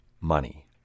money